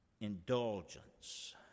indulgence